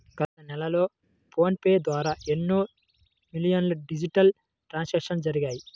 గత నెలలో ఫోన్ పే ద్వారా ఎన్నో మిలియన్ల డిజిటల్ ట్రాన్సాక్షన్స్ జరిగాయి